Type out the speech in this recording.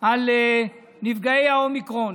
על נפגעי האומיקרון,